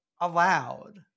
allowed